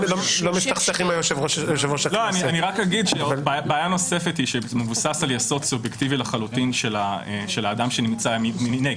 בעיה נוספת היא שמבוסס על יסוד סובייקטיבי לחלוטין של האדם שנמצא מנגד.